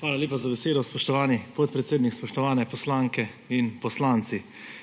Hvala lepa za besedo, spoštovani podpredsednik. Spoštovane poslanke in poslanci!